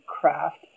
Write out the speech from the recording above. craft